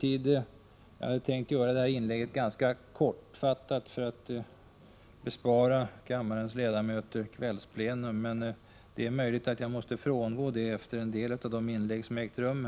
Jag hade tänkt göra mitt inlägg kortfattat för att bespara kammarens ledamöter kvällsplenum, men det är möjligt att jag måste frångå den tanken på grund av en del inlägg som gjorts i debatten.